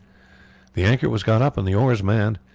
the anchor was got up and the oars manned,